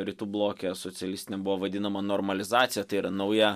rytų bloke socialistiniam buvo vadinama normalizacija tai yra nauja